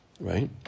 right